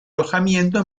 alojamiento